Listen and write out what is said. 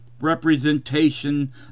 representation